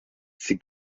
sie